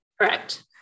Correct